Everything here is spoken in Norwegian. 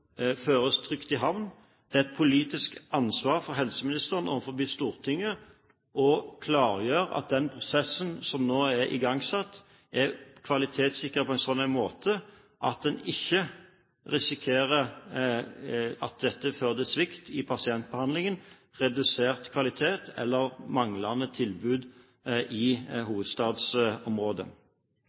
føres trygt i havn. Det er et politisk ansvar for helseministeren overfor Stortinget å klargjøre at den prosessen som nå er i gangsatt, er kvalitetssikret på en slik måte at en ikke risikerer at dette fører til svikt i pasientbehandlingen, redusert kvalitet eller manglende tilbud i hovedstadsområdet.